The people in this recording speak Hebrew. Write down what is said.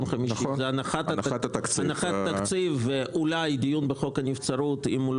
חמישי הן הנחת התקציב ואולי דיון בחוק הנבצרות אם הוא לא